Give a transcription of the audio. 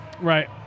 right